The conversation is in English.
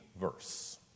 verse